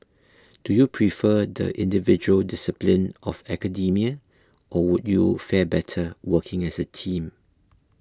do you prefer the individual discipline of academia or would you fare better working as a team